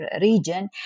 region